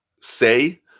say